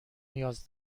نیاز